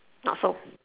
not so